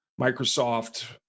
Microsoft